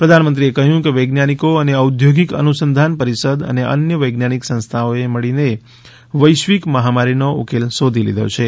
પ્રધાનમંત્રીએ કહ્યું કે વૈજ્ઞાનિકો અને ઔદ્યોગિક અનુસંધાન પરિષદ અને અન્ય વૈજ્ઞાનિક સંસ્થાઓએ મળીને વૈશ્વિક મહામારીનો ઉકેલ શોધી લીધો છે